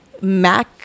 mac